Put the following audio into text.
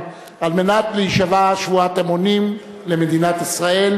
על מנת להישבע שבועת אמונים למדינת ישראל,